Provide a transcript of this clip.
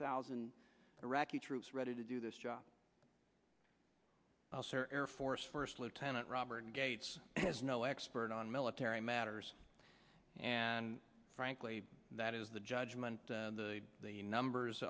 thousand iraqi troops ready to do this job or air force first lieutenant robert gates has no expert on military matters and frankly that is the judgment the numbers